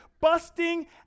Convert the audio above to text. busting